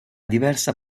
diversa